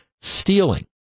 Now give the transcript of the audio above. stealing